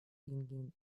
singing